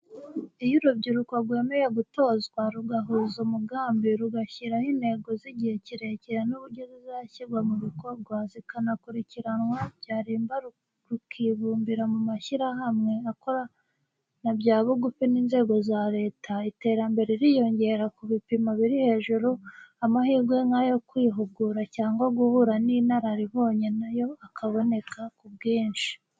Iyo urubyiruko rwemeye gutozwa, rugahuza umugambi, rugashyiraho intego z'igihe kirekire n'uburyo zizashyirwa mu bikorwa, zikanakurikiranwa, byarimba rukibumbira mu mashyirahamwe akorana bya bugufi n'inzego za leta, iterambere ririyongera ku bipimo biri hejuru, amahirwe nk'ayo kwihugura cyangwa guhura n'inararibonye na yo akaboneka ku bwinshi.